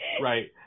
Right